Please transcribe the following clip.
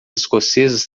escocesas